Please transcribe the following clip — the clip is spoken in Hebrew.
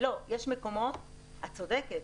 את צודקת.